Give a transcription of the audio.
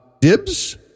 Dibs